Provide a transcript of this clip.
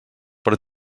per